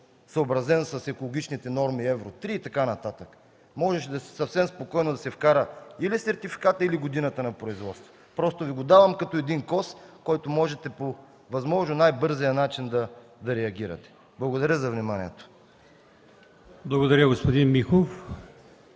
съобразен с екологичните норми Евро 3 и така нататък. Можеше съвсем спокойно да се вкара или сертификата, или годината на производство. Давам Ви го просто като един коз, с който можете по възможно най-бързия начин да реагирате. Благодаря за вниманието. ПРЕДСЕДАТЕЛ АЛИОСМАН